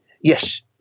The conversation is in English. Yes